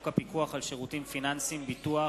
הפיקוח על שירותים פיננסיים (ביטוח)